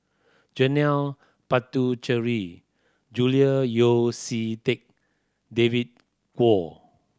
Janil Puthucheary Julian Yeo See Teck David Kwo